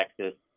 Texas